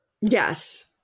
Yes